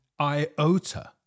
iota